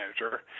manager